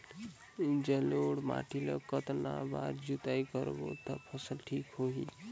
जलोढ़ माटी ला कतना बार जुताई करबो ता फसल ठीक होती?